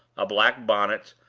a black bonnet,